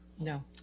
No